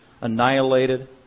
annihilated